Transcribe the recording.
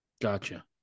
Gotcha